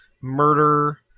murder